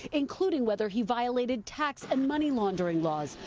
including whether he violated tax and money laundering laws.